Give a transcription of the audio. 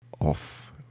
off